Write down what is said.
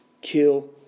kill